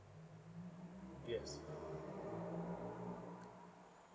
yes